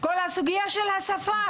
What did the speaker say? את הסוגיה של השפה.